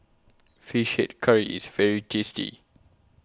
Fish Head Curry IS very tasty